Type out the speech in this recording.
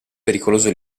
pericoloso